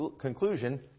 conclusion